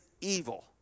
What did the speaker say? evil